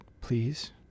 please